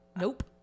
Nope